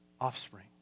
offspring